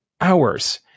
hours